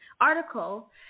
article